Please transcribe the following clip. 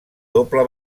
doble